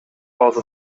also